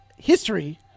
history